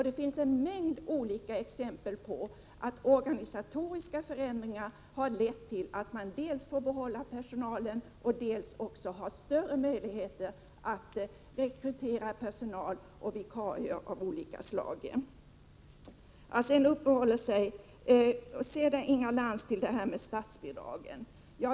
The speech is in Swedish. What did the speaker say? Det finns en mängd olika exempel på att organisatoriska förändringar har lett till att man dels får behålla personalen, dels har större möjligheter att rekrytera personal och vikarier av olika slag.